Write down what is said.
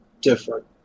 different